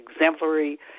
exemplary